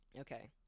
Okay